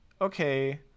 okay